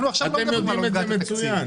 אתם יודעים את זה מצוין.